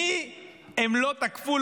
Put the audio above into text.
את מי הם לא תקפו?